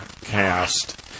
cast